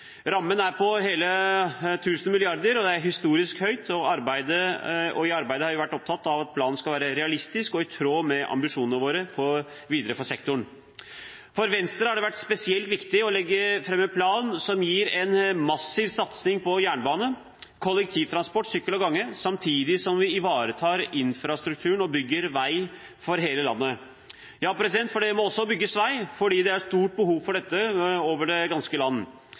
Rammen er på hele 1 000 mrd. kr. Det er historisk høyt, og i arbeidet har vi vært opptatt av at planen skal være realistisk og i tråd med ambisjonene våre videre for sektoren. For Venstre har det vært spesielt viktig å legge fram en plan som gir en massiv satsing på jernbane, kollektivtransport, sykkel og gange, samtidig som vi ivaretar infrastrukturen og bygger vei for hele landet. Ja, det må også bygges vei, for det er stort behov for dette over det ganske land.